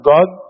God